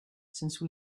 since